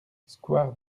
square